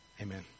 Amen